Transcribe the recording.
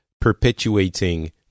perpetuating